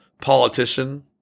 politician